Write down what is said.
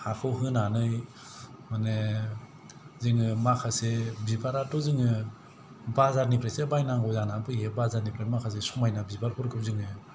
हाखौ होनानै माने जोङो माखासे बिबाराथ' जोङो बाजारनिफ्रायसो बायनांगौ जानानै फैयो बाजारनिफ्राय माखासे समायना बिबारफोरखौ जोङो